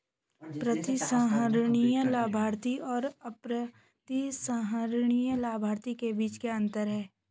प्रतिसंहरणीय लाभार्थी और अप्रतिसंहरणीय लाभार्थी के बीच क्या अंतर है?